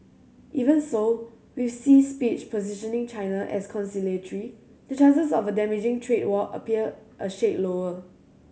even so with Xi's speech positioning China as conciliatory the chances of a damaging trade war appear a shade lower